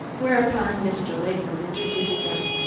whereupon mr. latham introduced them.